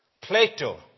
Plato